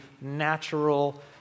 natural